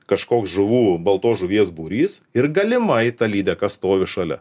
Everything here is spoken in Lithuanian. kažkoks žuvų baltos žuvies būrys ir galimai ta lydeka stovi šalia